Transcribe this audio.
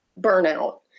burnout